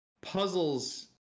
puzzles